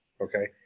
okay